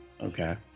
Okay